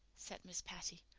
said miss patty.